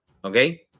Okay